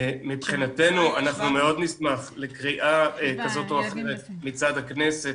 מבחינתנו מאוד נשמח לקריאה כזאת או אחרת מצד הכנסת,